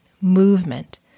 movement